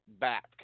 back